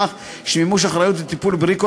לכך שמימוש אחריות וטיפול ב-recall